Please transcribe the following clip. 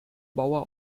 bauer